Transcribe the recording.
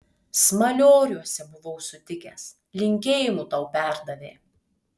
smalioriuose buvau sutikęs linkėjimų tau perdavė